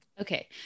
Okay